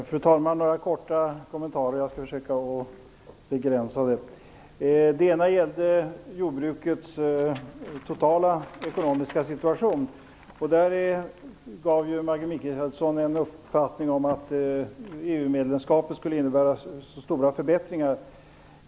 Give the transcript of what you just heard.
Fru talman! Jag vill göra några korta kommentarer. Jag börjar med att kommentera detta med jordbrukets totala ekonomiska situation. Maggi Mikaelsson gav uttryck åt en uppfattning att EU-medlemskapet skulle innebära stora förbättringar.